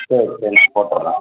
சரி சரி நான் போட்டுடுறேன்